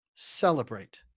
Celebrate